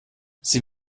sie